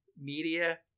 media